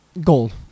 Gold